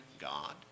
God